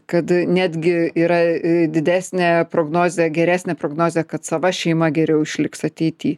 kad netgi yra didesnė prognozė geresnė prognozė kad sava šeima geriau išliks ateity